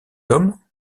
homme